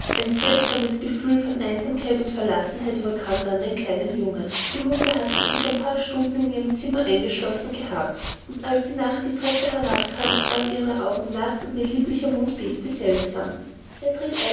ein seltsames gefühl von einsamkeit und verlassenheit überkam dann den kleinen jungen die mutter hatte sich ein paar stunden in ihrem zimmer eingeschlossen gehabt und als sie nachher die treppe herabkam waren ihre augen naß und ihr lieblicher mund bebte seltsam